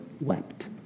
wept